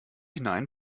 hinein